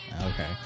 Okay